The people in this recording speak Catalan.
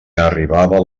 arribava